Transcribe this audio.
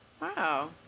Wow